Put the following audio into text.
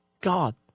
God